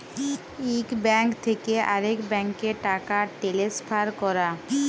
ইক ব্যাংক থ্যাকে আরেক ব্যাংকে টাকা টেলেসফার ক্যরা